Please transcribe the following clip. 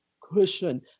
cushion